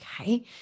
okay